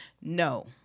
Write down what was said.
No